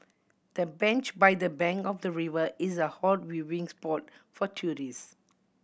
the bench by the bank of the river is a hot viewing spot for tourist